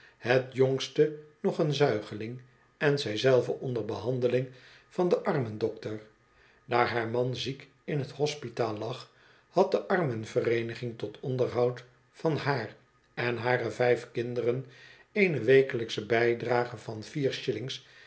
het jongste nog een zuigeling en zi zelve onder behandeling van den arm en dokier daar haar man ziek in het hospitaal lag had de armenvcreeniging tot onderhoud van haar en hare vijf kinderen eene wekelijksche bijdrage van vier